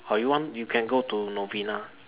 or you want you can go to Novena